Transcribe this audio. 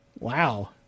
Wow